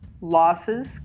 losses